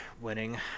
winning